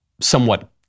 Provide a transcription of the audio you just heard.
somewhat